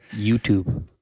YouTube